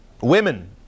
women